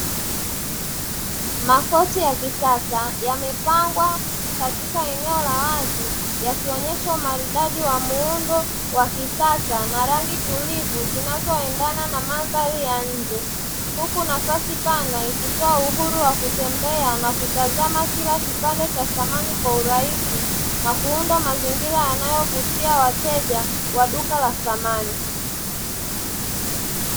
Makochi ya kisasa yamepangwa katika eneo la wazi yakionyesha umaridadi wa muundo wa kisasa na rangi tulivu zinazoendana na mandhari ya nje. Huku nafasi pana ikitoa uhuru wa kutembea na kutazama kila kipande cha samani kwa urahisi, na kuunda mazingira yanayovutia wateja wa duka la samani.